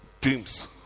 dreams